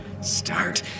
Start